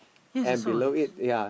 yes I saw yes